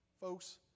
Folks